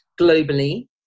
globally